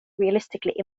realistically